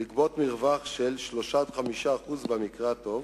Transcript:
לגבות מרווח של 3% 5% במקרה הטוב